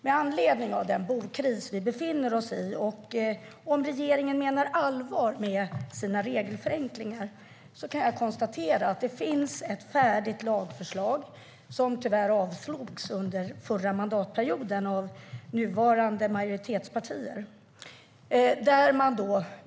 Med anledning av den bokris som vi befinner oss i och om regeringen menar allvar med sina regelförenklingar kan jag konstatera att det finns ett färdigt lagförslag där man möjliggör detta för kommunerna. Det avslogs tyvärr under den förra mandatperioden av nuvarande majoritetspartier.